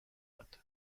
bat